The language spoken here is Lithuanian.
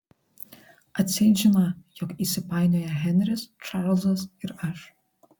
atseit žiną jog įsipainioję henris čarlzas ir aš